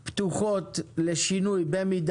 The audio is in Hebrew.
אנחנו פותחים את דיוני ועדת הכלכלה בנושא הצעת תקנות משק